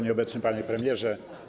Nieobecny Panie Premierze!